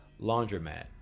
laundromat